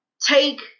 take